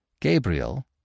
Gabriel